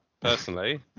personally